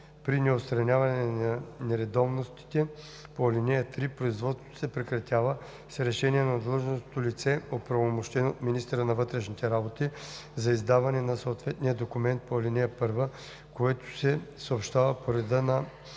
При неотстраняване на нередовностите по ал. 3 производството се прекратява с решение на длъжностното лице, оправомощено от министъра на вътрешните работи за издаване на съответния документ по ал. 1, което се съобщава по реда на